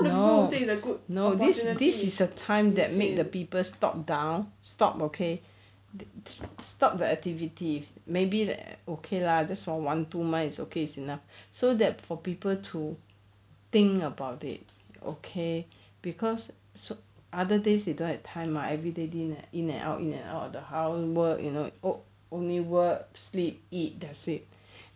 no no this this is a time that made the people stop down stop okay stop the activity maybe leh okay lah just for one two month is okay is enough so that for people to think about it okay cause so other days they don't have time mah everyday in and out in and out of the house work you know oh only work sleep eat and sit